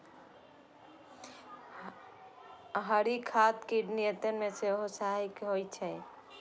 हरियर खाद कीट नियंत्रण मे सेहो सहायक होइ छै